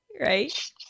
Right